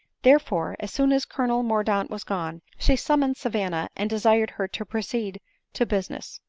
therefore, as soon as colonel mordaunt was gone, she summoned savanna and desired her to proceed to buisness.